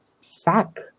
Sack